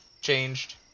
changed